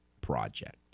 project